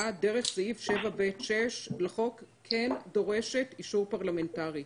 דרך סעיף 7(ב)(6) לחוק דורשת אישור פרלמנטרי.